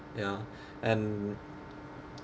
ya and